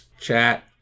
chat